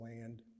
land